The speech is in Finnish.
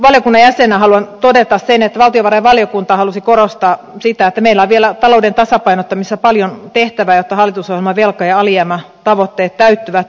valtiovarainvaliokunnan jäsenenä haluan todeta sen että valtiovarainvaliokunta halusi korostaa sitä että meillä on vielä talouden tasapainottamisessa paljon tehtävää jotta hallitusohjelman velka ja alijäämätavoitteet täyttyvät